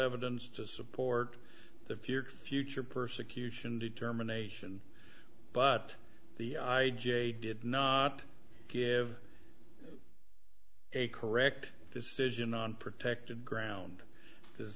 evidence to support the feared future persecution determination but the i j did not give a correct decision on protected ground does